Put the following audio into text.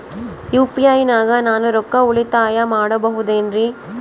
UPI ನಾಗ ನಾನು ರೊಕ್ಕ ಉಳಿತಾಯ ಮಾಡಬಹುದೇನ್ರಿ?